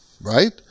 right